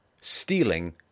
stealing